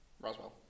Roswell